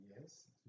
Yes